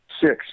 six